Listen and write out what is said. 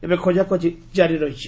ଏବେ ଖୋଜାଖୋଜି ଜାରି ରହିଛି